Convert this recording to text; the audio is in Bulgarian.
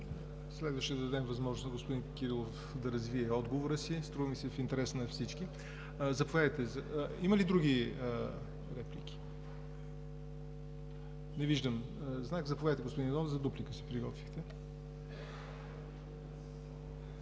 Следваше да дадем възможност на господин Кирилов да развие отговора си. Струва ми се в интерес на всички е. Има ли други реплики? Не виждам знак. Заповядайте, господин Иванов – за дуплика се приготвихте.